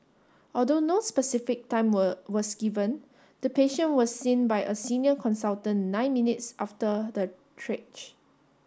although no specific time were was given the patient was seen by a senior consultant nine minutes after the